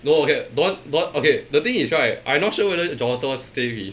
no okay don don want okay the thing is right I not sure johnathan wants to stay with